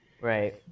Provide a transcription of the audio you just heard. Right